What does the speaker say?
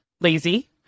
lazy